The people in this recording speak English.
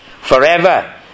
forever